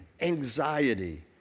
anxiety